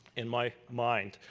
in my mind.